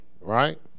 right